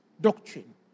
doctrine